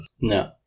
No